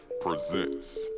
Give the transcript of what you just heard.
presents